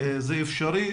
זה אפשרי,